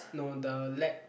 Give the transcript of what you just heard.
no the lab